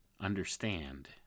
understand